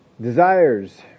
desires